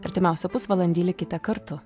artimiausią pusvalandį likite kartu